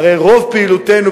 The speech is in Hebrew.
הרי רוב פעילותנו,